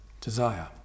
desire